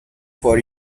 for